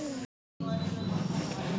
माटी क जांच कहाँ होला अउर कब कराई?